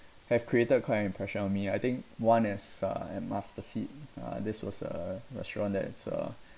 um have created quite an impression on me I think one is uh at mustard seed uh this was a restaurant that is uh